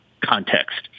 context